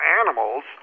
animals